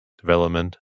development